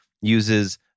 uses